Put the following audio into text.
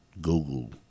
Google